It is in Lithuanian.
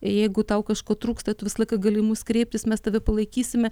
jeigu tau kažko trūksta tu visą laiką gali į mus kreiptis mes tave palaikysime